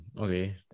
Okay